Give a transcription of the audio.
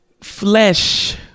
flesh